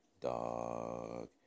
Dog